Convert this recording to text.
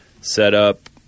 setup